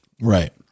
Right